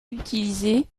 utilisée